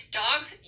dogs